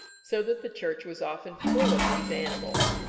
so that the church was often full of these animals.